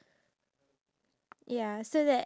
oh wait it's a cardboard